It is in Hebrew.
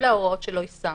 אלה ההוראות שלא יישמנו.